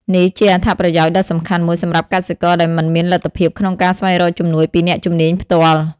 នេះជាអត្ថប្រយោជន៍ដ៏សំខាន់មួយសម្រាប់កសិករដែលមិនមានលទ្ធភាពក្នុងការស្វែងរកជំនួយពីអ្នកជំនាញផ្ទាល់។